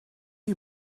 you